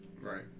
Right